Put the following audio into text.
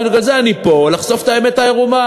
ובגלל זה אני פה, לחשוף את האמת העירומה.